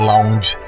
Lounge